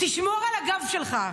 תשמור על הגב שלך.